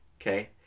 okay